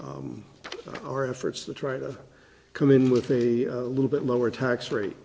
or efforts to try to come in with a little bit lower tax rate